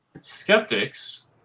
skeptics